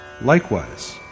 Likewise